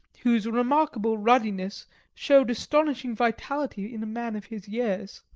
whose remarkable ruddiness showed astonishing vitality in a man of his years.